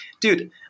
dude